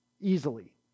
Easily